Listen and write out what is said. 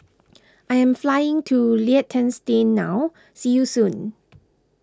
I am flying to Liechtenstein now see you soon